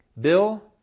Bill